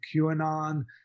QAnon